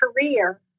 career